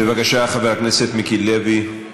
בבקשה, חבר הכנסת מיקי לוי,